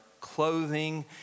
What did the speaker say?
clothing